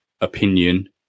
opinion